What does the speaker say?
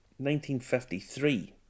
1953